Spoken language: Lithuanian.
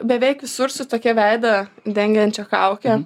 beveik visur su tokia veidą dengiančia kauke